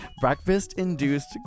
breakfast-induced